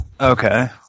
Okay